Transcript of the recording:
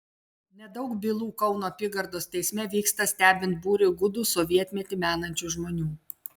nedaug bylų kauno apygardos teisme vyksta stebint būriui gūdų sovietmetį menančių žmonių